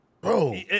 Bro